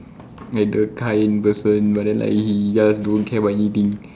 like the kind person but then like he just don't care about anything